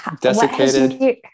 Desiccated